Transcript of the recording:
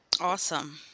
Awesome